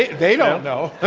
they don't know.